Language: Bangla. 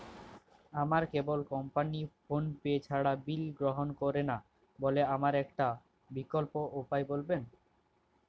আমার কেবল কোম্পানী ফোনপে ছাড়া বিল গ্রহণ করে না বলে আমার একটা বিকল্প উপায় বলবেন?